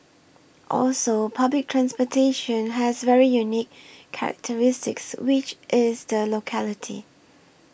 also public transportation has very unique characteristics which is the locality